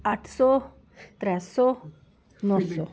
अट्ठ सौ त्रै सौ नौ सौ